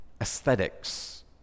aesthetics